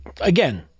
again